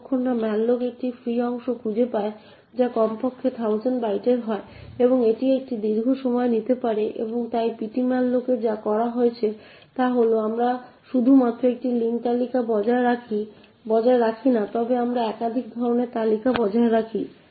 যতক্ষণ না malloc একটি ফ্রি অংশ খুঁজে পায় যা কমপক্ষে 1000 বাইটের হয় এবং এটি একটি দীর্ঘ সময় নিতে পারে এবং তাই ptmalloc এ যা করা হয়েছে তা হল আমরা শুধুমাত্র একটি লিঙ্ক তালিকা বজায় রাখি না তবে আমরা একাধিক ধরণের তালিকা বজায় রাখি